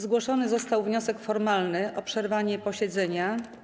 Zgłoszony został wniosek formalny o przerwanie posiedzenia.